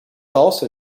also